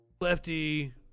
lefty